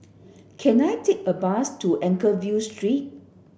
can I take a bus to Anchorvale Street